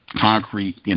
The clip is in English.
Concrete